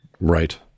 right